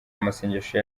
amasengesho